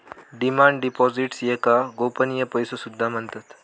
demand deposits याका गोपनीय पैसो सुद्धा म्हणतत